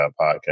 podcast